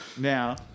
Now